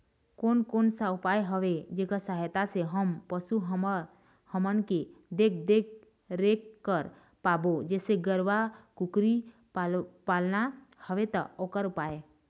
कोन कौन सा उपाय हवे जेकर सहायता से हम पशु हमन के देख देख रेख कर पाबो जैसे गरवा कुकरी पालना हवे ता ओकर उपाय?